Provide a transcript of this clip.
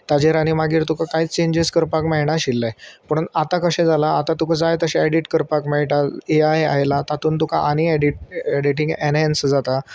ताजेर आनी मागीर तुका कांयच चेंजीस करपाक मेळनाशिल्लें पूण आतां कशें जाला आतां तुका जाय तशें एडिट करपाक मेळटा ए आय आयला तातूंत तुका आनी एडट एडिटींग एनहेन्स जाता